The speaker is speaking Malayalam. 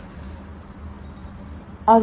പ്രദേശം